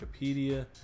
Wikipedia